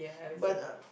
but um